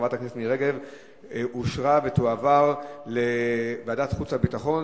לדיון מוקדם בוועדת החוץ והביטחון